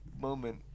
moment